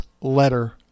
letter